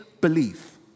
belief